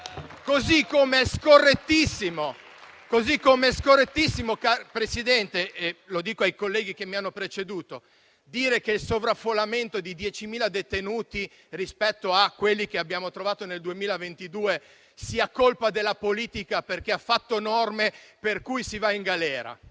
che mi hanno preceduto - dire che il sovraffollamento di 10.000 detenuti rispetto a quelli che abbiamo trovato nel 2022 sia colpa della politica perché ha fatto norme per cui si va in galera.